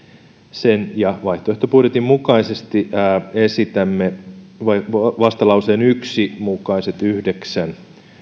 sen ja vaihtoehtobudjetin mukaisesti esitämme vastalauseen yksi mukaiset yhdeksän